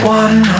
one